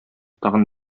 тагын